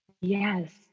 Yes